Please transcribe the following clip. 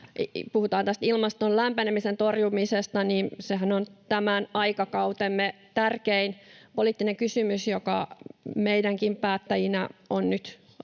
puhutaan tästä ilmaston lämpenemisen torjumisesta — tämän aikakautemme tärkein poliittinen kysymys, joka meidänkin päättäjinä on nyt